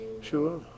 Sure